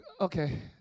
Okay